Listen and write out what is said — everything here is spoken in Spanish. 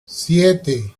siete